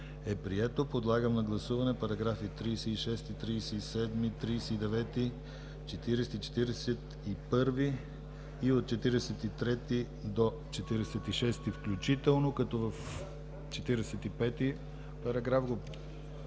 е прието. Подлагам на гласуване параграфи 36, 37, 39, 40, 41 и от § 43 до § 46 включително, като § 45 го